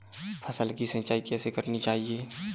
फसल की सिंचाई कैसे करनी चाहिए?